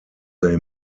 they